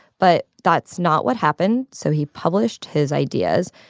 but that's not what happened. so he published his ideas,